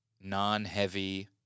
non-heavy